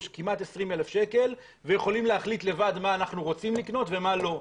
כמעט 20,000 ₪ ויכולים להחליט לבד מה אנחנו רוצים לקנות ומה לא.